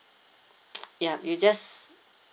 yup you just